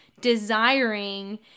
desiring